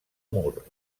mur